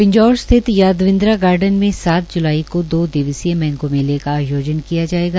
पिंजौर स्थित यादविंद्रा गार्डन् में सात ज्लाई को दो दिवसीय मैंगो मेले का आयोजन किया जायेगा